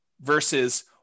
versus